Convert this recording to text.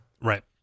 Right